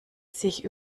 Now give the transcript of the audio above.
sich